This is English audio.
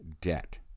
debt